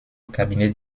cabinet